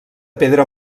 pedra